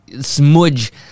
smudge